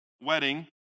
wedding